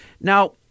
Now